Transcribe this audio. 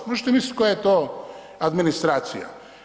Možete misliti koja je to administracija.